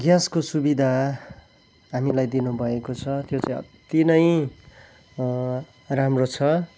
ग्यासको सुविधा हामीलाई दिनु भएको छ त्यो चाहिँ अति नै राम्रो छ